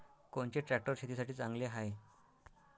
कोनचे ट्रॅक्टर शेतीसाठी चांगले हाये?